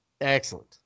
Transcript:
Excellent